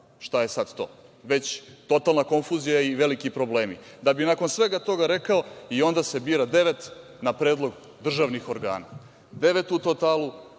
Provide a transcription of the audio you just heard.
Šta je sad to? Već totalna konfuzija i veliki problemi, da bi nakon sveta toga rekao – i onda se bira devet na predlog državnih organa. Devet u totalu,